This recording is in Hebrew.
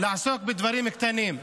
לעסוק בדברים קטנים.